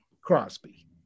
Crosby